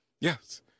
yes